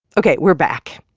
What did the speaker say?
ok. we're back.